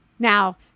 Now